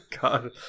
god